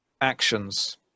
actions